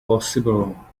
possible